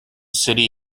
city